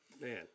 man